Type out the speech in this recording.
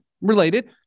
related